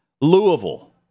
Louisville